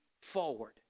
forward